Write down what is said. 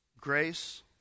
Grace